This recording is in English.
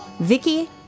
Vicky